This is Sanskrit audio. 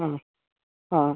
ह्म् हा